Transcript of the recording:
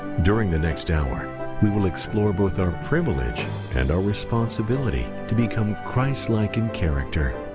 during the next hour we will explore both our privilege and our responsibility to become christ-like in character.